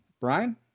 Brian